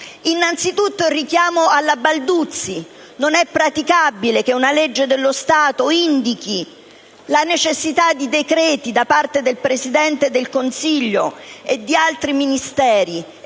innanzitutto il richiamo alla legge Balduzzi, non è possibile che una legge dello Stato indichi la necessità di decreti del Presidente del Consiglio e di altri Ministri